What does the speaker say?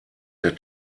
der